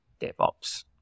DevOps